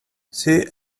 see